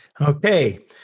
Okay